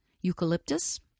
Eucalyptus